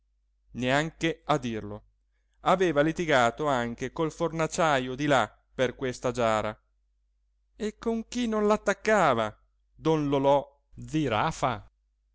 neanche a dirlo aveva litigato anche col fornaciajo di là per questa giara e con chi non l'attaccava don lollò zirafa